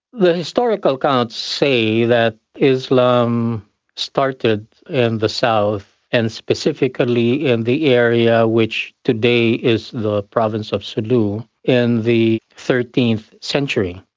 the historical accounts say that islam started in the south and specifically in the area which today is the province of sulu, in the thirteenth century.